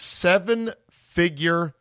seven-figure